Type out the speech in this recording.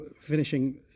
finishing